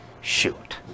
shoot